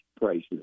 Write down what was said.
prices